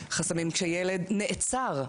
חסמים כאשר ילד נעצר,